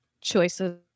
Choices